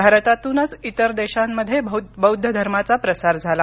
भारतातूनच इतर देशांमध्ये बौद्ध धर्माचा प्रसार झाला